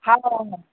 हा